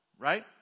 right